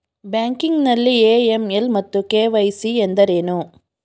Banking ನಲ್ಲಿ AML ಮತ್ತು KYC ಎಂದರೇನು?